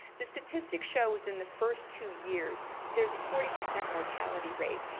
the statistics show within the first two years there's a forty percent mortality rate.